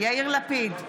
יאיר לפיד,